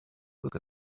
look